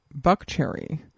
Buckcherry